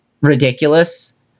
ridiculous